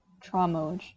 trauma